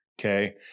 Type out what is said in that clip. Okay